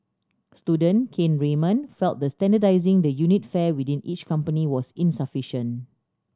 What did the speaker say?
student Kane Raymond felt that standardising the unit fare within each company was insufficiention